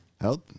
Health